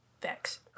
Facts